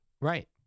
Right